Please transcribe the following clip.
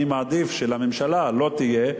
אני מעדיף שלממשלה לא יהיה,